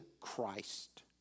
Christ